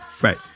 Right